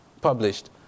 published